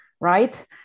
Right